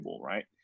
right